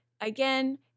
again